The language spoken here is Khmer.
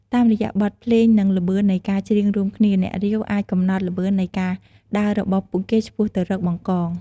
តាមរយៈបទភ្លេង និងល្បឿននៃការច្រៀងរួមគ្នា អ្នករាវ អាចកំណត់ល្បឿននៃការដើររបស់ពួកគេឆ្ពោះទៅរក បង្កង។